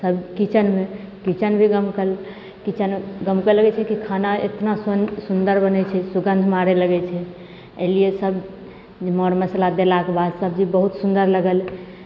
सब किचेनमे किचेन भी गमकल किचने गमकै लगैत छै कि खाना इतना सुंदर बनय छै सुगंध मारै लगैत छै एहि लिए सब मर मसाला देलाके बाद सब्जी बहुत सुंदर लागल